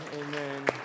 Amen